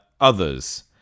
others